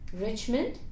Richmond